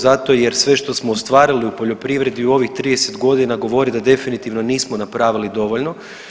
Zato jer sve što smo ostvarili u poljoprivredi u ovim 30 godina govori da definitivno nismo napravili dovoljno.